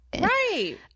Right